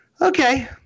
Okay